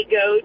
go